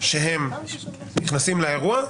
שהם נכנסים לאירוע.